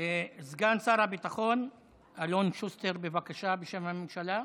סגן שר הביטחון אלון שוסטר, בבקשה, בשם הממשלה.